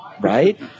right